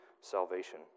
salvation